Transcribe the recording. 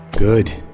good